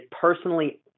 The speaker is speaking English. personally